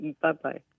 Bye-bye